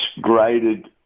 graded